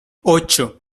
ocho